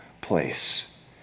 place